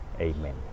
Amen